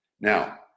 Now